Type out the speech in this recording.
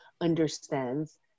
understands